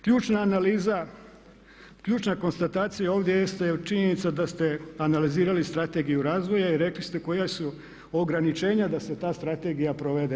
Ključna analiza, ključna konstatacija ovdje jeste činjenica da ste analizirali Strategiju razvoja i rekli ste koja su ograničenja da se ta strategija provede.